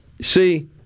See